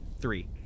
Three